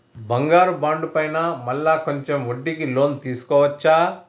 బంగారు బాండు పైన మళ్ళా కొంచెం వడ్డీకి లోన్ తీసుకోవచ్చా?